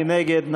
מי נגד?